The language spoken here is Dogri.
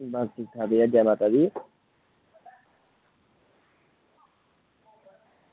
बस ठीक ठाक भइया जै माता दी